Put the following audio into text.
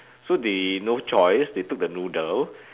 so they no choice they took the noodle